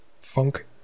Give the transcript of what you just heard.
funk